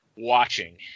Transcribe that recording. watching